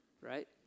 right